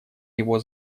его